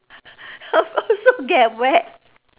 of course will get wet